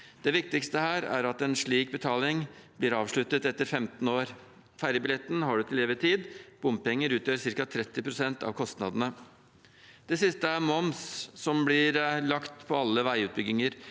Det viktigste her er at en slik betaling blir avsluttet etter 15 år. Ferjebilletten har en til evig tid, bompenger utgjør ca. 30 pst. av kostnadene. Det siste er moms, som blir lagt på alle veiutbygginger,